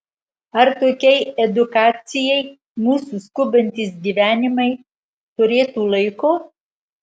ar tokiai edukacijai mūsų skubantys gyvenimai turėtų laiko